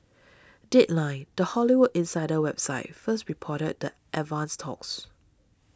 deadline the Hollywood insider website first reported the advanced talks